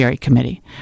Committee